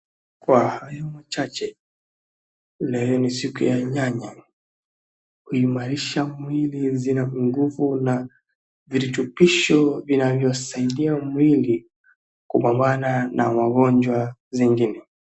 Kwa hayo machache leo ni siku ya nyanya kuimarisha mwili zina nguvu na virutubisho vinavyosaidia mwili kupambana na magonjwa zingine.